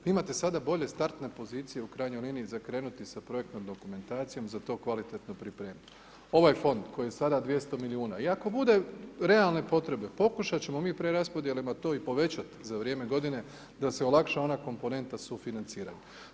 Vi imate sada bolje startne pozicije u krajnjoj liniji za krenuti sa projektnom dokumentacijom, za to kvalitetno pripremiti, ovaj fond koji je sada 200 milijuna i ako bude realne potrebe pokušat ćemo mi preraspodjelama to i povećat za vrijeme godine da se olakša ona komponenta sufinanciranja.